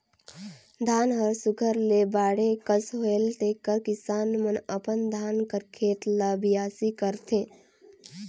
धान हर सुग्घर ले बाढ़े कस होएल तेकर किसान मन अपन धान कर खेत ल बियासी करथे